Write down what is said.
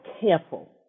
careful